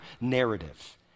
narrative